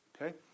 Okay